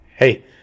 Hey